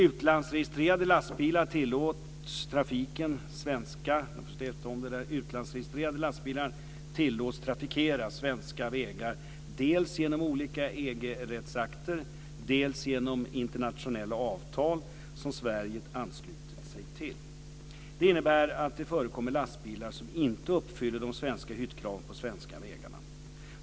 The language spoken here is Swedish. Utlandsregistrerade lastbilar tillåts trafikera svenska vägar dels genom olika EG-rättsakter, dels genom internationella avtal som Sverige anslutit sig till. Det innebär att det förekommer lastbilar som inte uppfyller de svenska hyttkraven på svenska vägar.